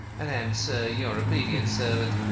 and am, sir, your obedient servant,